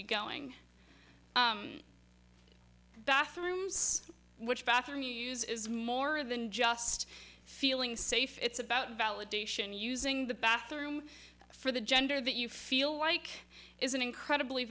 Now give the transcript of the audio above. be going bathrooms which bathroom use is more than just feeling safe it's about validation using the bathroom for the gender that you feel like is an incredibly